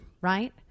Right